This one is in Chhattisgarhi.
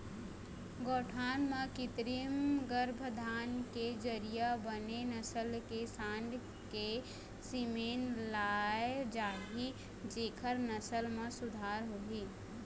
गौठान म कृत्रिम गरभाधान के जरिया बने नसल के सांड़ के सीमेन लाय जाही जेखर नसल म सुधार होही